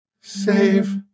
Save